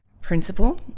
principal